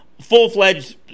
full-fledged